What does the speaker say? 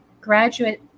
graduate